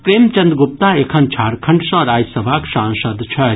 प्रेमचन्द गुप्ता एखन झारखंड सँ राज्यसभाक सांसद छथि